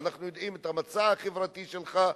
ואנחנו יודעים את המצע החברתי שלך,